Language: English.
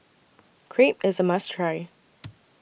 Crepe IS A must Try